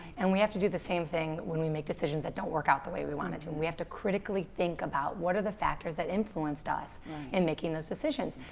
and we have to do the same thing when we make decisions that don't work out the way we want them to. and we have to critically think about what are the factors that influenced us in making those decisions.